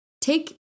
Take